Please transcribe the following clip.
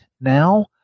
now